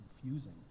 confusing